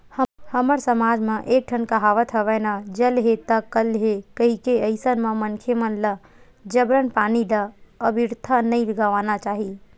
हमर समाज म एक ठन कहावत हवय ना जल हे ता कल हे कहिके अइसन म मनखे मन ल जबरन पानी ल अबिरथा नइ गवाना चाही